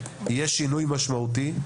יהיה שינוי משמעותי.